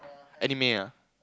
anime ah